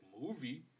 movie